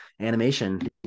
animation